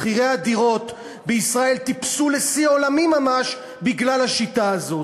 מחירי הדירות בישראל טיפסו לשיא עולמי ממש בגלל השיטה הזאת.